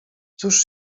cóż